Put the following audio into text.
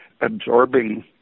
absorbing